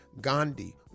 Gandhi